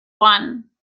one